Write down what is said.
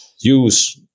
use